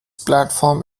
platform